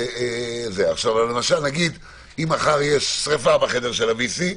אז -- -אז אם מחר יש שריפה בחדר של ה- VC,